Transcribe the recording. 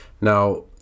now